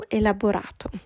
elaborato